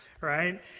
Right